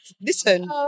Listen